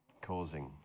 causing